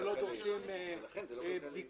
שלא דורשים בדיקות.